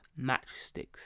matchsticks